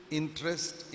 interest